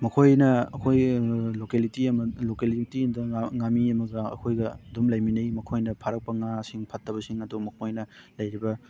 ꯃꯈꯣꯏꯅ ꯑꯩꯈꯣꯏꯒꯤ ꯂꯣꯀꯦꯂꯤꯇꯤ ꯑꯃ ꯂꯣꯀꯦꯂꯤꯇꯤ ꯑꯝꯗ ꯉꯥ ꯉꯥꯃꯤ ꯑꯃꯒ ꯑꯩꯈꯣꯏꯒ ꯑꯗꯨꯝ ꯂꯩꯃꯤꯟꯅꯩ ꯃꯈꯣꯏꯅ ꯐꯥꯔꯛꯄ ꯉꯥꯁꯤꯡ ꯐꯠꯇꯕꯁꯤꯡ ꯑꯗꯣ ꯃꯈꯣꯏꯅ ꯂꯩꯔꯤꯕ